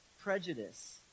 prejudice